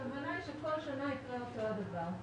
הכוונה היא שכל שנה יקרה אותו הדבר.